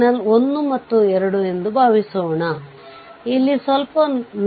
ನೀವು ಆ Voc ಅನ್ನು ಪಡೆದ ನಂತರ VThevenin ಅನ್ನು ಪರಿಹರಿಸಿ